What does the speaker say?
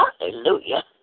Hallelujah